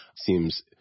seems